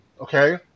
okay